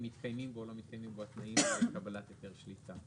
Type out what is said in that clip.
מתקיימים בו או לא מתקיימים בו התנאים לקבלת היתר שליטה.